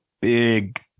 big